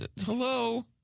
hello